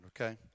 okay